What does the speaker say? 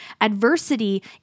Adversity